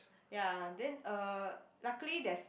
ya then uh luckily there's